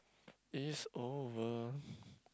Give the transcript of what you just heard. it's over